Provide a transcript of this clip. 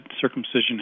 circumcision